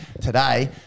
today